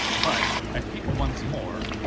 but, i pinged once more,